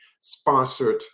sponsored